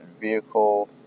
vehicle